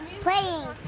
Playing